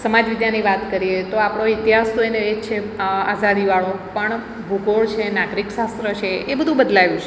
સમાજ વિદ્યાની વાત કરીએ તો આપણો ઇતિહાસ તો એનો એ જ છે આઝાદી વાળો પણ ભૂગોળ છે નાગરિક શાસ્ત્ર છે એ બધુ બદલાયું છે